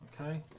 okay